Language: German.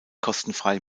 kostenfrei